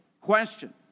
Question